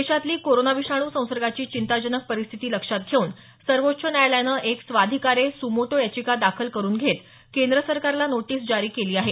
देशातली कोरोना विषाणू संसर्गाची चिंताजनक परिस्थिती लक्षात घेऊन सर्वोच्च न्यायालयानं एक स्वाधिकारे सुमोटो याचिका दाखल करुन घेत केंद्र सरकारला नोटीस जारी केली आहे